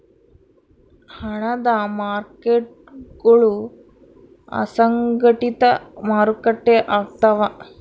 ಹಣದ ಮಾರ್ಕೇಟ್ಗುಳು ಅಸಂಘಟಿತ ಮಾರುಕಟ್ಟೆ ಆಗ್ತವ